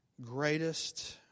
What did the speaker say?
greatest